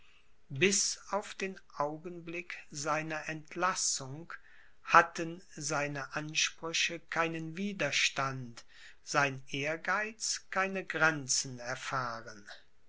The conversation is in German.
bis auf den augenblick seiner entlassung hatten seine ansprüche keinen widerstand sein ehrgeiz keine grenzen erfahren